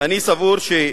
ועדות פיוס,